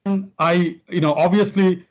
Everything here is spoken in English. and i you know obviously,